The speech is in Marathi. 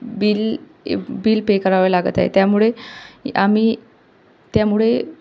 बिल बिल पे करावं लागत आहे त्यामुळे आम्ही त्यामुळे